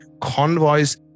convoys